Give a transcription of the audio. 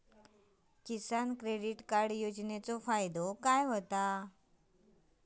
किसान credit card योजनेचो फायदो काय होता?